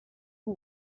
who